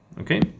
okay